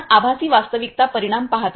आपण आभासी वास्तविकता परिमाण पाहता